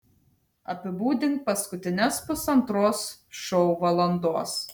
apibūdink paskutines pusantros šou valandos